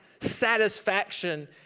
satisfaction